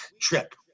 trip